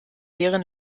deren